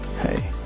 Hey